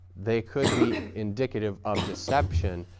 they could be indicative of deception,